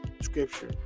scripture